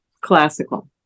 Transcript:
classical